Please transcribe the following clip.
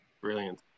brilliant